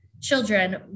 children